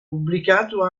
pubblicato